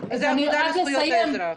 אתיופים, וזו האגודה לזכויות האזרח.